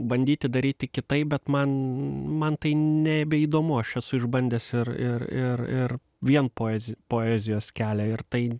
bandyti daryti kitaip bet man man tai nebeįdomu aš esu išbandęs ir ir ir ir ir vien poeziją poezijos kelią ir tai